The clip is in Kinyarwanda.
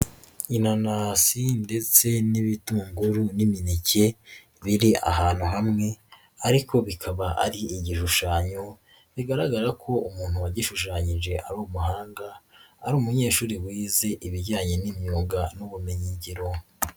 Inanasi ndetse n'ibitunguru n'imineke biri ahantu hamwe ariko bikaba ari igishushanyo, bigaragara ko umuntu wagishushanyije ari umuhanga, ari umunyeshuri wize ibijyanye n'imyuga n'ubumenyingiro.